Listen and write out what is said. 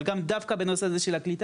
אבל גם דווקא בנושא הזה של הקליטה,